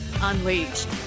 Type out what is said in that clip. Unleashed